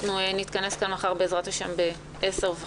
נתכנס מחר בעזרת השם ב-10:30.